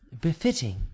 befitting